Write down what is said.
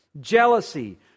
jealousy